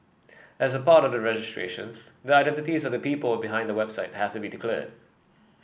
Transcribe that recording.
as part of the registration that the identities of the people behind the website have to be declared